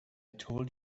told